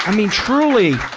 and mean truly,